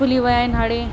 खुली विया आहिनि हाणे